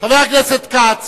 חבר הכנסת כץ.